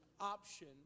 option